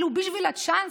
ולו בשביל הצ'אנס,